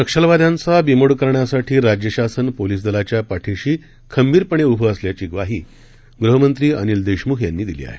नक्षलवाद्यांचाबीमोडकरण्यासाठीराज्यशासनपोलीसदलाच्यापाठीशीखंबीरपणेउभं असल्याचीग्वाहीगृहमंत्रीअनिलदेशमुखयांनीदिलीआहे